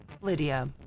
Lydia